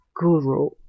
guru